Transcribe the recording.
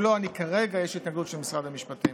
אם לא, כרגע יש התנגדות של משרד המשפטים.